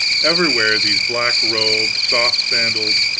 everywhere, these black-robed, soft-sandaled,